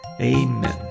amen